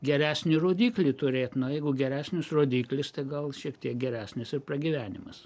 geresnį rodiklį turėt na jeigu geresnis rodiklis tai gal šiek tiek geresnis ir pragyvenimas